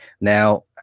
now